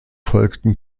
folgten